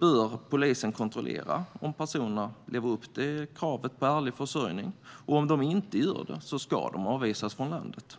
bör polisen kontrollera om personerna lever upp till kravet på ärlig försörjning. Om de inte gör det ska de avvisas från landet.